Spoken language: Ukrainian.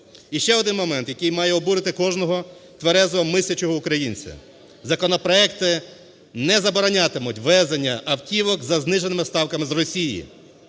І ще один момент, який має обурити кожного тверезо мислячого українця. Законопроекти не заборонятимуть ввезення автівок за зниженими ставками з Росії.